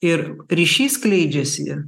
ir ryšys skleidžiasi